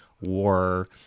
war